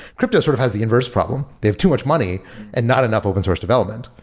crypto sort of has the inverse problem. they have too much money and not enough open source development.